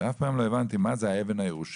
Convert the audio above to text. ואף פעם לא הבנתי מה זה האבן הירושלמית,